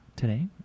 Today